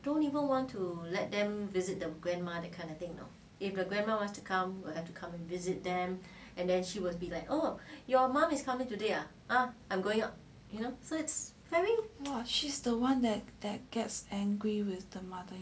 she's the [one] that that gets angry with the mother